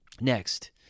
Next